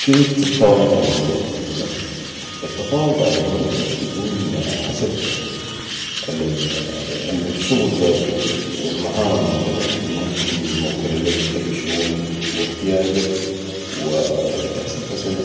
كيف تتفاوض علي المرتب التفاوض علي المرتب بكون حسب الشغل زاتو والمهام الممكن موكله ليك أنت في الشغل واحتياجك وبتحسب مثلا